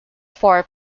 four